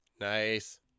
Nice